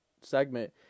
segment